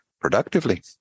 productively